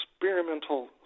experimental